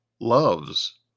loves